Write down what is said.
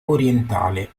orientale